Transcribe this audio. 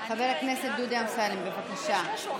חבר הכנסת דודי אמסלם, בבקשה.